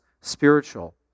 spiritual